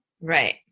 Right